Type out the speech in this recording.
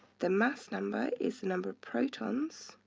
the mass number is the number of protons